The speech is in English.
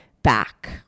back